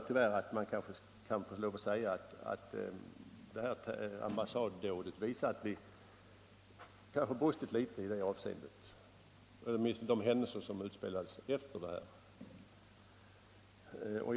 Tyvärr måste man säga att ambassaddådet visar att vi kanske brustit i det avseendet - åtminstone när det gäller de händelser som utspelades efter själva dådet.